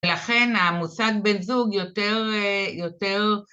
ולכן המוסד בן זוג יותר, יותר,